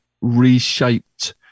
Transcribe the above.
reshaped